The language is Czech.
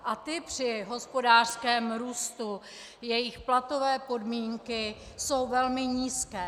A ti při hospodářském růstu, jejich platové podmínky, jsou velmi nízké.